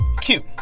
Cute